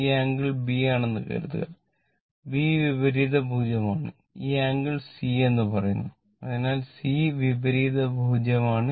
ഈ angle B ആണെന്ന് കരുതുക b വിപരീത ഭുജമാണ് ഈ ആംഗിൾ C എന്ന് പറയുന്നു അതിനാൽ c വിപരീത ഭുജമാണ്